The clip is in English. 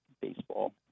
baseball